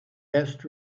best